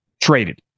traded